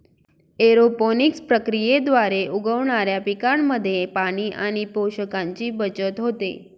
aeroponics प्रक्रियेद्वारे उगवणाऱ्या पिकांमध्ये पाणी आणि पोषकांची बचत होते